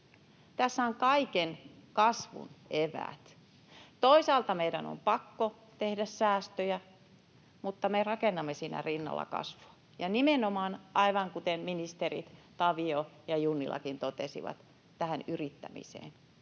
Tässä on kaiken kasvun eväät. Toisaalta meidän on pakko tehdä säästöjä, mutta me rakennamme siinä rinnalla kasvua ja nimenomaan, aivan kuten ministerit Tavio ja Junnilakin totesivat, tähän yrittämiseen